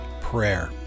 prayer